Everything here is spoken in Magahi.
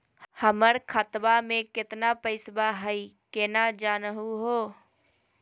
हमर खतवा मे केतना पैसवा हई, केना जानहु हो?